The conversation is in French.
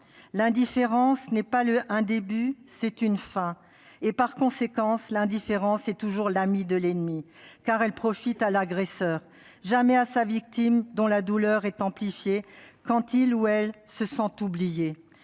L'indifférence n'est pas un début, c'est une fin. Et, par conséquent, l'indifférence est toujours l'amie de l'ennemi, car elle profite à l'agresseur- jamais à sa victime, dont la douleur est amplifiée quand elle se sent oubliée.